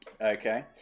Okay